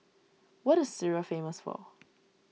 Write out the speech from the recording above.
what is Syria famous for